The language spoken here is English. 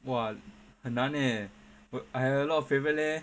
!wah! 很难 eh I have a lot of favourite leh